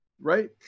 Right